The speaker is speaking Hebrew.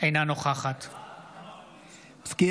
אינה נוכחת המזכיר,